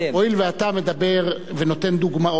הואיל ואתה מדבר ונותן דוגמאות,